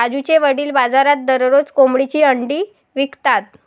राजूचे वडील बाजारात दररोज कोंबडीची अंडी विकतात